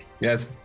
Yes